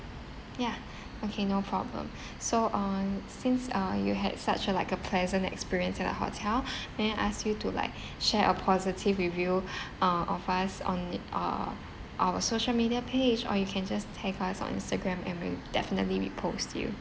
yeah okay no problem so on since uh you had such a like a pleasant experience at our hotel may I ask you to like share a positive review uh of us on it uh our social media page or you can just tag us on instagram and we'll definitely repost you